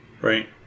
Right